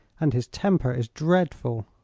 and his temper is dreadful.